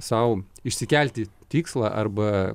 sau išsikelti tikslą arba